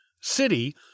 city